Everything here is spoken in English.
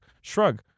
Shrug